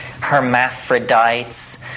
hermaphrodites